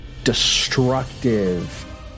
Destructive